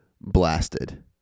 blasted